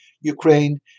Ukraine